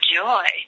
joy